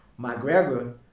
McGregor